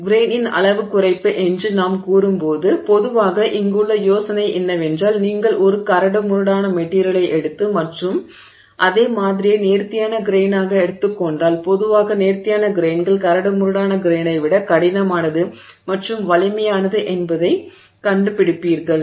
கிரெய்னின் அளவு குறைப்பு என்று நாம் கூறும்போது பொதுவாக இங்குள்ள யோசனை என்னவென்றால் நீங்கள் ஒரு கரடுமுரடான மெட்டிரியலை எடுத்து மற்றும் அதே மாதிரியை நேர்த்தியான கிரெய்னாக எடுத்துக் கொண்டால் பொதுவாக நேர்த்தியான கிரெய்ன்கள் கரடுமுரடான கிரெய்னை விட கடினமானது மற்றும் வலிமையானது என்பதைக் கண்டுபிடுப்பீர்கள்